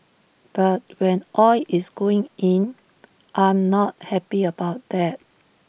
but when oil is going in I'm not happy about that